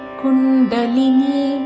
kundalini